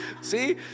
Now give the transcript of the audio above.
see